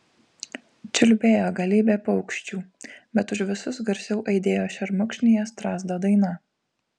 čiulbėjo galybė paukščių bet už visus garsiau aidėjo šermukšnyje strazdo daina